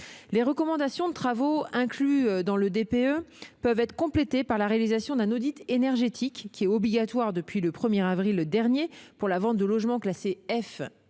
Les recommandations de travaux incluses dans le DPE peuvent être complétées par la réalisation d'un audit énergétique, obligatoire depuis le 1 avril dernier pour la vente de logements classés F